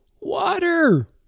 water